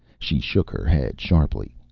she shook her head sharply.